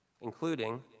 including